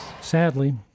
Sadly